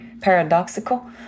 paradoxical